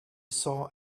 saw